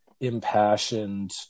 impassioned